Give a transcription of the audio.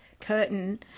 curtain